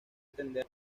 atender